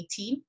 2018